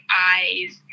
eyes